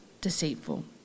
deceitful